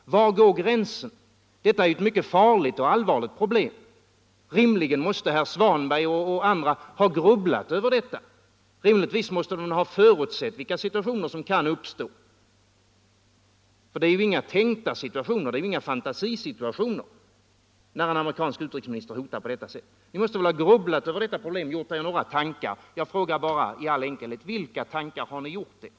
Var går gränsen? Detta är ett mycket farligt och allvarligt problem. Herr Svanberg och andra måste rimligtvis ha grubblat över detta. Rimligtvis måste de ha försökt förutse vilka situationer som kan uppstå — det är inga fantasisituationer det rör sig om när en amerikansk utrikesminister hotar på detta sätt. Ni måste väl ha grubblat över detta problem, gjort er några tankar? Jag frågar bara i all enkelhet: Vilka tankar har ni gjort er?